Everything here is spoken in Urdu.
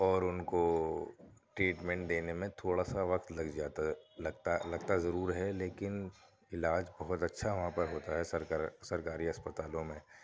اور ان کو ٹریٹمنٹ دینے میں تھوڑا سا وقت لگ جاتا ہے لگتا لگتا ضرور ہے لیکن علاج بہت اچھا وہاں پر ہوتا ہے سرکار سرکاری اسپتالوں میں